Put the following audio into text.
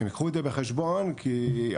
הם ייקחו את זה בחשבון כי למעשה,